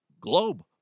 globe